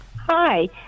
Hi